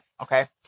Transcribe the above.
okay